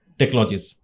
technologies